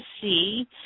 see